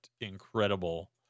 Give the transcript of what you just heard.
incredible